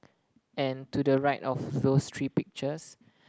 and to the right of those three pictures